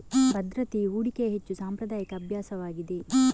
ಭದ್ರತೆಯು ಹೂಡಿಕೆಯ ಹೆಚ್ಚು ಸಾಂಪ್ರದಾಯಿಕ ಅಭ್ಯಾಸವಾಗಿದೆ